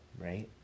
right